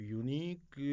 unique